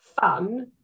fun